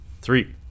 three